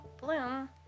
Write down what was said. Bloom